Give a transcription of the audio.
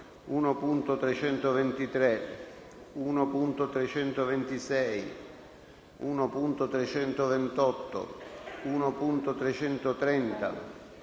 1.323, 1.326, 1.328, 1.330,